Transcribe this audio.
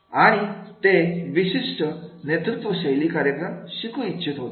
आणि ते विशिष्ट नेतृत्व शैली कार्यक्रम शिकू इच्छित होते